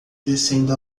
descendo